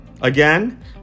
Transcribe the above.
Again